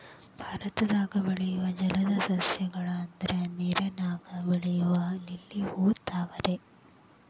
ಭಾರತದಾಗ ಬೆಳಿಯು ಜಲದ ಸಸ್ಯ ಗಳು ಅಂದ್ರ ನೇರಿನಾಗ ಬೆಳಿಯು ಲಿಲ್ಲಿ ಹೂ, ತಾವರೆ